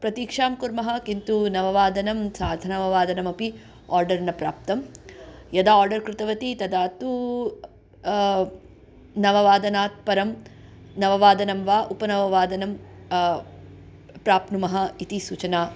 प्रतीक्षां कुर्मः किन्तु नववादनं सार्धनववादनमपि ओर्डर् न प्राप्तं यदा ओर्डर् कृतवती तदा तु नववादनात् परं नववादनं वा उपनववादनं प्राप्नुमः इति सूचना